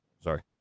sorry